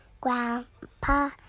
Grandpa